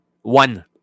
One